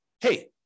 hey